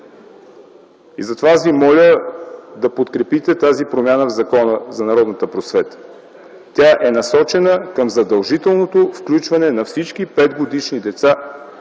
Затова аз ви моля да подкрепите тази промяна в Закона за народната просвета. Тя е насочена към задължителното включване на всички 5-годишни деца